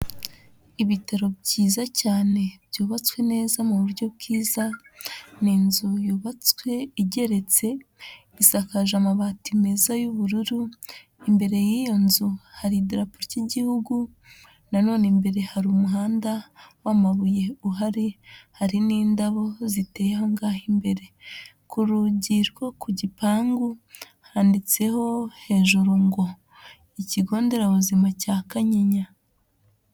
Ibitaro byiza cyane byubatswe neza mu buryo bwiza, ni inzu yubatswe igeretse, isakaje amabati meza y'ubururu, imbere y'iyo nzu hari idarapo ry'Igihugu, nanone imbere hari umuhanda w'amabuye uhari, hari n'indabo ziteye aho ngaho imbere, ku rugi rwo ku gipangu handitseho hejuru ngo ikigo nderabuzima cya Kanyinya.